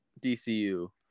DCU